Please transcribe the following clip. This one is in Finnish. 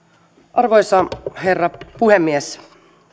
arvoisa herra puhemies